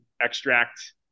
extract